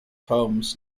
homes